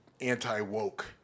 anti-woke